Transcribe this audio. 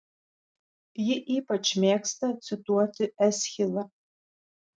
ji ypač mėgsta cituoti eschilą